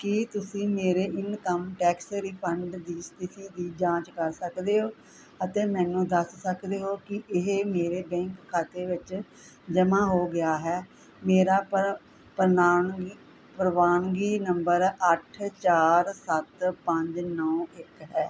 ਕੀ ਤੁਸੀਂ ਮੇਰੇ income tax refund ਦੀ ਸਥਿਤੀ ਦੀ ਜਾਂਚ ਕਰ ਸਕਦੇ ਹੋ ਅਤੇ ਮੈਨੂੰ ਦੱਸ ਸਕਦੇ ਹੋ ਕੀ ਇਹ ਮੇਰੇ ਬੈਂਕ ਖਾਤੇ ਵਿੱਚ ਜਮ੍ਹਾਂ ਹੋ ਗਿਆ ਹੈ ਮੇਰਾ ਪ੍ਰ ਪ੍ਰਨਾਮਗੀ ਪ੍ਰਵਾਨਗੀ ਨੰਬਰ ਅੱਠ ਚਾਰ ਸੱਤ ਪੰਜ ਨੌਂ ਇੱਕ ਹੈ